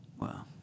Wow